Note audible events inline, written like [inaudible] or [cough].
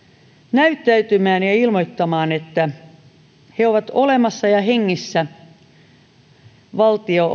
näyttäytymään ja ilmoittamaan että he ovat olemassa ja hengissä ja että valtio [unintelligible]